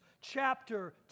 chapter